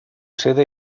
sede